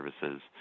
services